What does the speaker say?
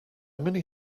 many